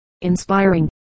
inspiring